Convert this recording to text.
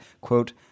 quote